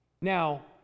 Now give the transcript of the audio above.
Now